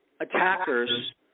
attackers